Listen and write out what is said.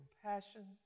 compassion